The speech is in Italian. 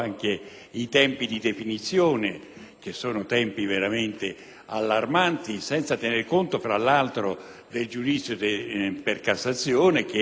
che sono veramente allarmanti, senza tener conto, tra l'altro, del giudizio per Cassazione, che ha tempi altrettanto lunghi.